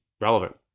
relevant